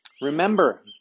Remember